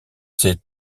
ces